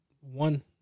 one